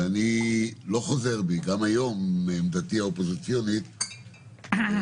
ואני לא חוזר בי גם היום מעמדתי האופוזיציונית בנחיצות.